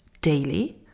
daily